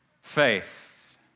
faith